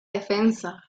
defensa